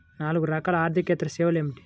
నాలుగు రకాల ఆర్థికేతర సేవలు ఏమిటీ?